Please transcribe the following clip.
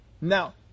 Now